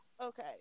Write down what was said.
Okay